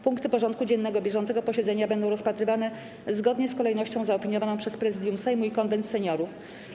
Punkty porządku dziennego bieżącego posiedzenia będą rozpatrywane zgodnie z kolejnością zaopiniowaną przez Prezydium Sejmu i Konwent Seniorów.